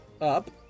up